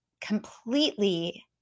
completely